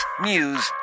news